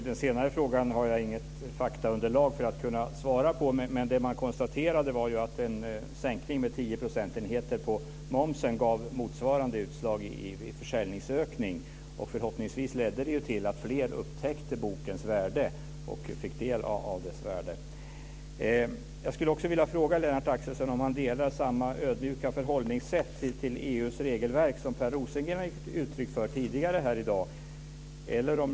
Fru talman! Jag har inget faktaunderlag för att kunna svara på den senare frågan. Men det man konstaterade var att en sänkning av momsen med 10 procentenheter gav motsvarande utslag i försäljningsökning. Förhoppningsvis ledde det till att fler upptäckte boken och fick del av dess värde. Jag vill också fråga Lennart Axelsson om han har samma ödmjuka förhållningssätt till EU:s regelverk som Per Rosengren tidigare här i dag gav uttryck för.